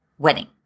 wedding